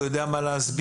הוא יודע מה להסביר,